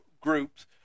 groups